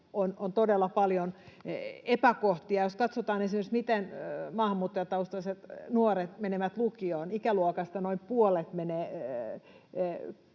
on todella paljon epäkohtia. Jos katsotaan esimerkiksi, miten maahanmuuttajataustaiset nuoret menevät lukioon: ikäluokasta keskimäärin noin puolet menee